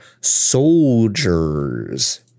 Soldiers